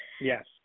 Yes